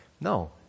No